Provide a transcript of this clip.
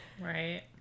Right